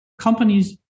Companies